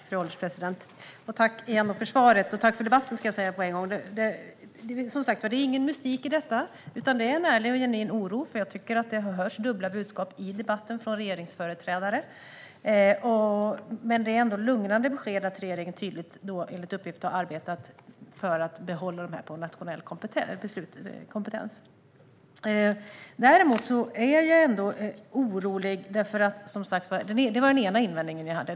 Fru ålderspresident! Jag vill än en gång tacka ministern för svar. Tack för debatten, ska jag också säga. Det är ingen mystik i detta, utan det handlar om en ärlig och genuin oro. Jag tycker att det har hörts dubbla budskap från regeringsföreträdare i debatten. Men det är ändå lugnande besked att regeringen enligt uppgift har arbetat för att behålla dessa beslut som nationell kompetens. Detta är min ena invändning.